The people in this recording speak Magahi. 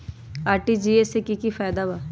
आर.टी.जी.एस से की की फायदा बा?